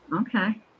okay